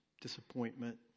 disappointment